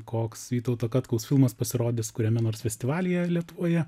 koks vytauto katkaus filmas pasirodys kuriame nors festivalyje lietuvoje